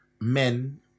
men